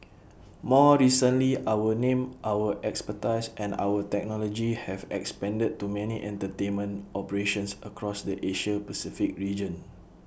more recently our name our expertise and our technology have expanded to many entertainment operations across the Asia Pacific region